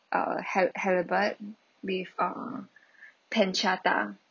uh her~ herbert beef uh pancetta